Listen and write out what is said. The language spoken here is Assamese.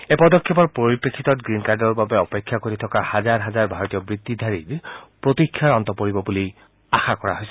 এই পদক্ষেপৰ পৰিপ্ৰেক্ষিতত গ্ৰীণ কাৰ্ডৰ বাবে অপেক্ষা কৰি থকা হাজাৰ হাজাৰ ভাৰতীয় বৃত্তিধাৰীৰ প্ৰতিক্ষাৰ অন্ত পৰাৰ সম্ভাবনা আছে